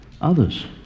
others